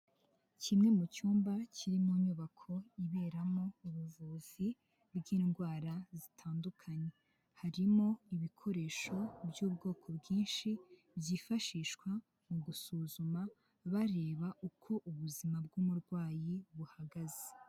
Kimwe mu cyumba kiri mu nyubako iberamo ubuvuzi bw'indwara zitandukanye, harimo ibikoresho by'ubwoko bwinshi byifashishwa mu gusuzuma bareba uko ubuzima bw'umurwayi buhagaze.